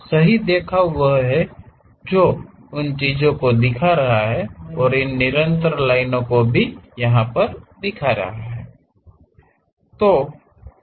सही देखाव वह जो उन चीजों को दिखा रहा है और इन निरंतर लाइनों को भी दिखा रहा है